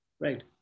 right